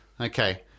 Okay